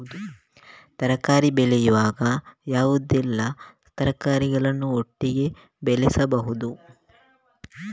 ತರಕಾರಿ ಬೆಳೆಯುವಾಗ ಯಾವುದೆಲ್ಲ ತರಕಾರಿಗಳನ್ನು ಒಟ್ಟಿಗೆ ಬೆಳೆಸಬಹುದು?